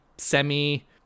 semi